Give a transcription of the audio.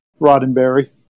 Roddenberry